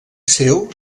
seu